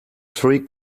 three